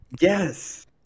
Yes